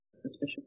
suspicious